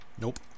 Nope